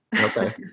Okay